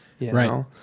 right